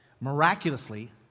miraculously